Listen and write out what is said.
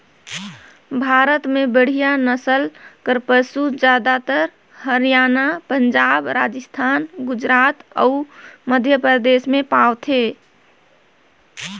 भारत में बड़िहा नसल कर पसु जादातर हरयाना, पंजाब, राजिस्थान, गुजरात अउ मध्यपरदेस में पवाथे